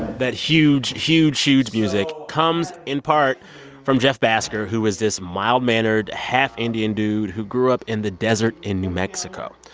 that huge, huge, huge music comes in part from jeff bhasker, who is this mild-mannered half-indian dude who grew up in the desert in new mexico.